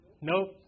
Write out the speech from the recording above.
Nope